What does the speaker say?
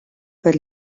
per